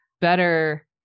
better